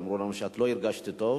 אמרו לנו שאת לא הרגשת טוב